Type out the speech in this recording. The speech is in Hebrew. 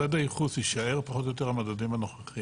מדד הייחוס יישאר פחות או יותר המדדים הנוכחים,